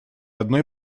одной